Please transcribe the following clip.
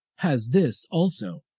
has this also,